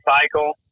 cycle